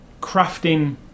crafting